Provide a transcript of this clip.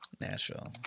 Nashville